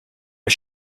are